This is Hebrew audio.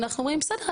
אנחנו אומרים בסדר,